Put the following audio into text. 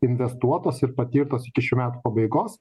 investuotos ir patirtos iki šių metų pabaigos